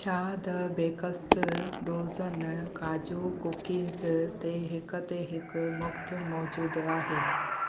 छा the baker's dozen काजू cookies ते हिक ते हिकु मुफ़्ति मौजूदु आहे